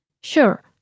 Sure